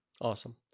Awesome